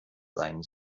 sein